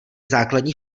základní